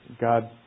God